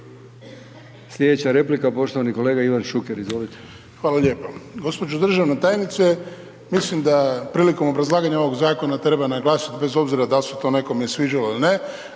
Slijedeća replika poštovani kolega Ivan Šuker, izvolite. **Šuker, Ivan (HDZ)** Hvala lijepa. Gđo. državna tajnice, mislim da prilikom obrazlaganja ovog zakon treba naglasiti bez obzira dal se to nekome sviđalo ili ne,